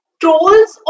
trolls